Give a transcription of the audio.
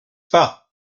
pas